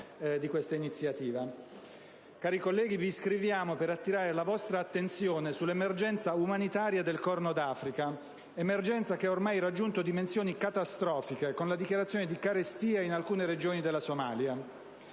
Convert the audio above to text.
«Cari colleghi, vi scriviamo per attirare la vostra attenzione sull'emergenza umanitaria del Corno d'Africa, emergenza che ha ormai raggiunto dimensioni catastrofiche con la dichiarazione di carestia in alcune regioni della Somalia.